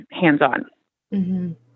hands-on